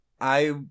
I-